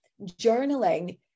journaling